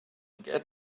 get